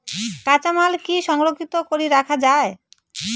কাঁচামাল কি সংরক্ষিত করি রাখা যায়?